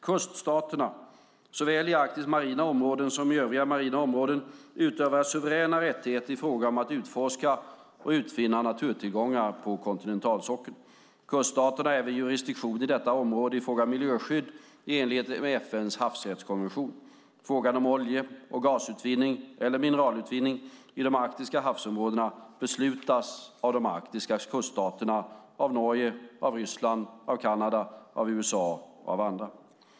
Kuststaterna, såväl i Arktis marina områden som i övriga marina områden, utövar suveräna rättigheter i fråga om att utforska och utvinna naturtillgångar på kontinentalsockeln. Kuststaterna har även jurisdiktion i detta område i fråga om miljöskydd i enlighet med FN:s havsrättskonvention. Frågan om olje och gasutvinning eller mineralutvinning i de arktiska havsområdena beslutas om av de arktiska kuststaterna - Norge, Ryssland, Kanada, USA och andra.